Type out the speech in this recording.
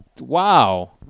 Wow